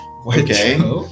okay